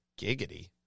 Giggity